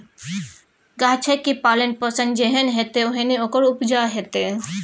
गाछक पालन पोषण जेहन हेतै ओहने ओकर उपजा हेतै